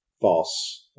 false